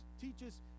teaches